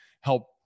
help